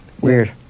Weird